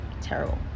terrible